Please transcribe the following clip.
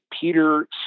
Peter